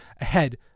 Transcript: ahead